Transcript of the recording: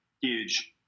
Huge